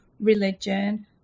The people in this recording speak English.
religion